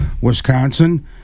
Wisconsin